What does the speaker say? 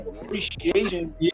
appreciation